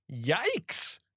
yikes